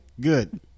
good